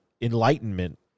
enlightenment